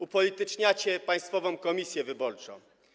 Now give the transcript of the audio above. Upolityczniacie Państwową Komisję Wyborczą.